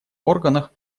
органов